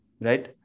right